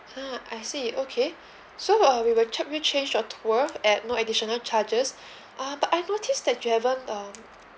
ah I see okay so for uh we will help you change your tour at no additional charges ah but I noticed that you haven't um